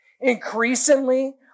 increasingly